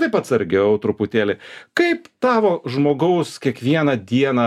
taip atsargiau truputėlį kaip tavo žmogaus kiekvieną dieną